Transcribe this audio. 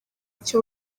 icyo